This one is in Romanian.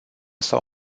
sau